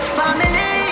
family